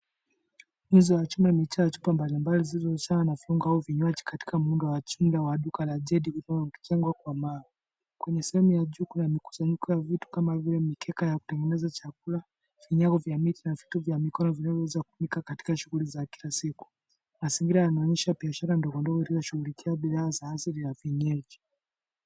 Chupa mbalimbali zilizojaa vifungwa au vniywaji katika muundo wa chunge wa duka la jedi unaojengwa kwa mawe. Kwenye sehemu ya juu kuna mkusanyiko wa vitu kama vile mikeka ya kutengeneza chakula, vinyego vya miti na vitu vya mikono vinavyoweza kutumika katika shughuli za kila siku. Mazingira yanaonyesha biashara ndogo ndogo inashughulikia bidhaa za asili za wenyeji.